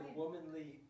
womanly